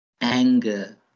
anger